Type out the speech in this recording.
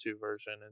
version